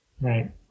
Right